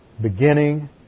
beginning